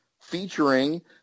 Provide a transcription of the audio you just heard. featuring